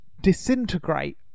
disintegrate